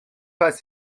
pas